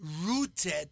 rooted